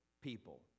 people